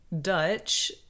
Dutch